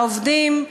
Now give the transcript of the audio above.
העובדים,